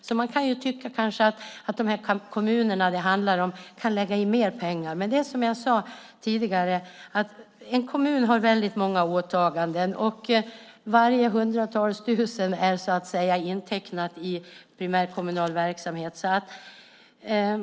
Därför kan man kanske tycka att de kommuner det handlar om kan lägga till mer pengar. Men det är som jag sade tidigare: En kommun har väldigt många åtaganden, och varje hundratals tusen är så att säga intecknat i primärkommunal verksamhet.